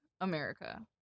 America